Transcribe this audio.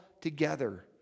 together